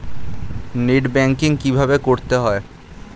Net banking কীভাবে করতে হয়?